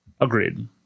Agreed